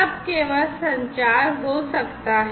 तब केवल संचार हो सकता है